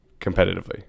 competitively